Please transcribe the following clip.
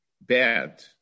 bad